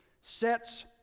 sets